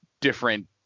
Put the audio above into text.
different